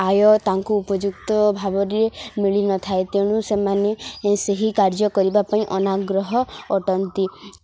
ଆୟ ତାଙ୍କୁ ଉପଯୁକ୍ତ ଭାବରେ ମିଳିନଥାଏ ତେଣୁ ସେମାନେ ସେହି କାର୍ଯ୍ୟ କରିବା ପାଇଁ ଅନାଗ୍ରହ ଅଟନ୍ତି